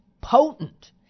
potent